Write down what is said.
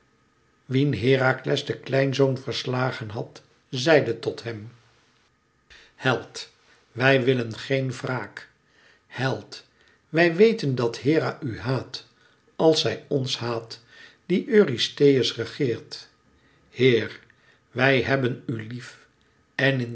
wien herakles den kleinzoon verslagen had zeide tot hem held wij willen geen wraak held wij weten dat hera u haat als zij ons haat die eurystheus regeert heer wij hebben u lief en in